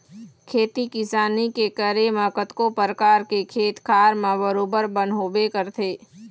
खेती किसानी के करे म कतको परकार के खेत खार म बरोबर बन होबे करथे